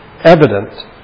evident